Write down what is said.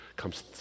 comes